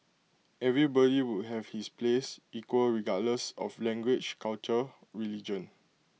everybody would have his place equal regardless of language culture religion